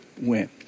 went